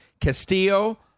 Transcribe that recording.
Castillo